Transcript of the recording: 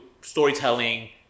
storytelling